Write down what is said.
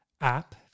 app